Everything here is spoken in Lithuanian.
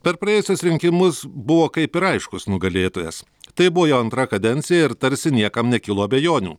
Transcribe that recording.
per praėjusius rinkimus buvo kaip ir aiškus nugalėtojas tai buvo jau antra kadencija ir tarsi niekam nekilo abejonių